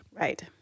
Right